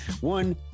One